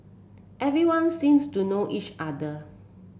everyone seems to know each other